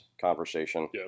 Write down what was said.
conversation